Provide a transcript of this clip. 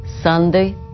Sunday